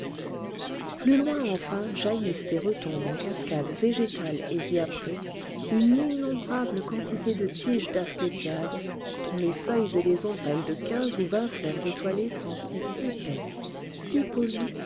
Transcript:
plus loin enfin jaillissent et retombent en cascade végétale et diaprée une innombrable quantité de tiges d'asclépiades dont les feuilles et les ombrelles de quinze ou vingt fleurs étoilées sont si épaisses si polies